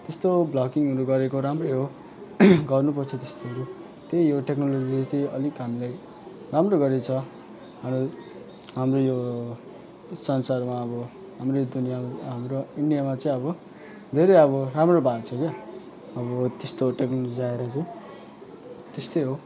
त्यस्तो भ्लगिङहरू गरेको राम्रै हो गर्नु पर्छ त्यस्तोहरू त्यही हो टेक्नोलोजी चाहिँ अलिक हामीलाई राम्रो गरेको छ अरू हाम्रो यो संसारमा अब हाम्रो यो दुनिया हाम्रो इन्डियामा चाहिँ अब धेरै अब राम्रो भएको छ क्या अब त्यस्तो टेक्नोलोजी आएर चाहिँ त्यस्तै हो